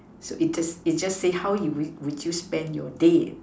so it just it just says how you will would you spend your day